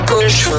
Push